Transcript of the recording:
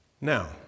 Now